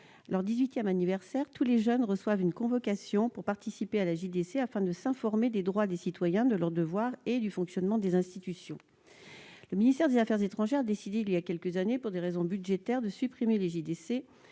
anniversaire, tous les jeunes reçoivent une convocation pour participer à la JDC et ainsi s'informer des droits des citoyens, de leurs devoirs et du fonctionnement des institutions. Le ministère des affaires étrangères a décidé il y a quelques années, pour des raisons budgétaires, de supprimer les JDC